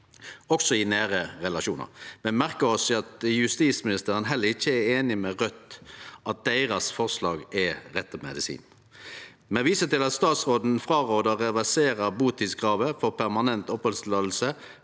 vald i nære relasjonar. Me merkar oss at justisministeren heller ikkje er einig med Raudt i at deira forslag er rette medisin. Me viser til at statsråden frårådde å reversere butidskravet på permanent opphaldsløyve